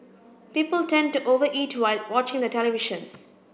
people tend to over eat while watching the television